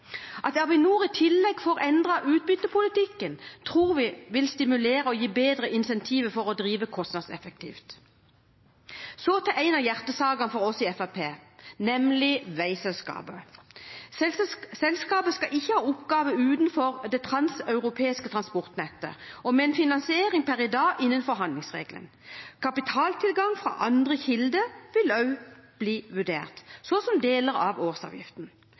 At Avinor i tillegg får endret utbyttepolitikken, tror vi vil stimulere og gi bedre incentiver for å drive kostnadseffektivt. Så til en av hjertesakene for oss i Fremskrittspartiet, nemlig veiselskapet. Selskapet skal ikke ha oppgaver utenfor det transeuropeiske transportnettet, og med en finansiering per i dag innenfor handlingsregelen. Kapitaltilgang fra andre kilder, som deler av årsavgiften,